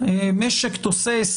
משק תוסס,